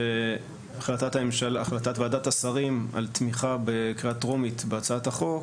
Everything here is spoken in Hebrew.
שהחלטת ועדת השרים על תמיכה בקריאה טרומית בהצעת החוק